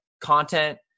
content